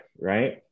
right